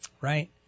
right